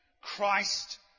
Christ